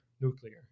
nuclear